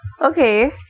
Okay